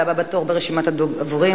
והבא בתור ברשימת הדוברים,